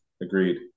agreed